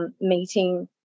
meeting